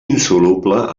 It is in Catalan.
insoluble